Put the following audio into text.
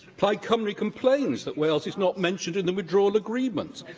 plaid cymru complains that wales is not mentioned in the withdrawal agreement,